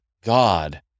God